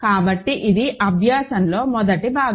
కాబట్టి ఇది అభ్యాసంలో మొదటి భాగం